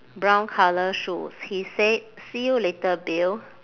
brown colour shoes he said see you later bill